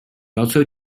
also